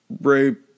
Rape